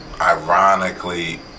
ironically